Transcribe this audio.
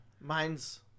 mine's